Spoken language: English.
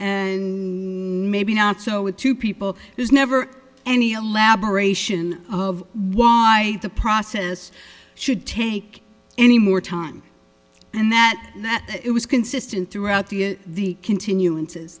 and maybe not so with two people there's never any elaboration of why the process should take any more time and that that it was consistent throughout the the continuances